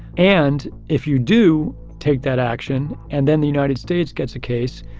and if you do take that action and then the united states gets a case,